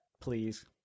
please